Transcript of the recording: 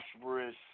prosperous